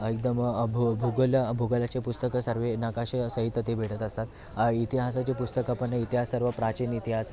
एकदम भू भूगोल भूगोलाचे पुस्तकं सर्व नकाशेसहित ते भेटत असतात इतिहासाचे पुस्तकं पण इतिहास सर्व प्राचीन इतिहास